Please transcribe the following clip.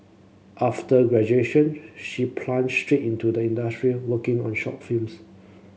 after graduation she plunged straight into the industry working on short films